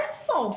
איפה?